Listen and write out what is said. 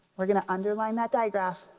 we're gonna underline that diagraph.